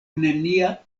nenia